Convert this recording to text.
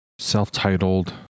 Self-titled